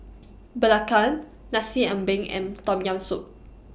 Belacan Nasi Ambeng and Tom Yam Soup